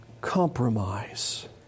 compromise